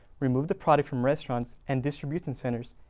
remove the product from restaurants and distribution centers,